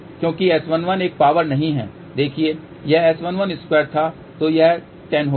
क्योंकि S11 एक power नहीं है देखिए यह S112 था तो यह 10 होगा